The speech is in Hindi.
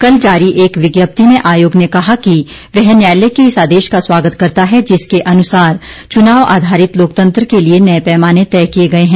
कल जारी एक विज्ञप्ति में आयोग ने कहा कि वह न्यायलय के इस आदेश का स्वागत करता है जिसके अनुसार च्नाव आधारित लोकतंत्र के लिए नए पैमाने तय किए गए हैं